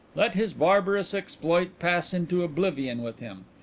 let his barbarous exploit pass into oblivion with him.